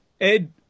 Ed